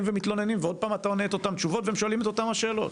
ומתלוננים ועוד פעם עונים את אותם תשובות ושואלים אותן השאלות,